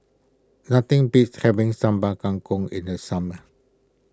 nothing beats having Sambal Kangkong in the summer